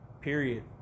Period